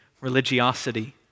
religiosity